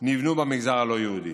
נבנו במגזר הלא-יהודי.